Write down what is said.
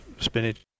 spinach